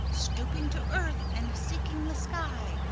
stooping to earth, and seeking the sky.